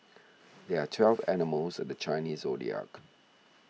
there are twelve animals in the Chinese zodiac